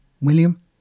William